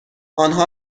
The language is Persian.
آنها